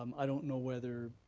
um i don't know whether,